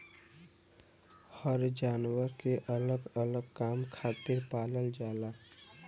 हर जानवर के अलग अलग काम खातिर पालल जाला